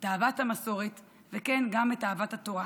את אהבת המסורת, וכן, גם את אהבת התורה.